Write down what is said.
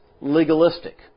legalistic